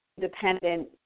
dependent